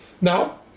now